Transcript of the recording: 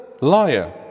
liar